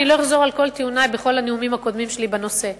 אני לא אחזור על כל טיעוני בכל הנאומים הקודמים שלי בנושא,